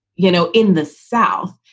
you know, in the south.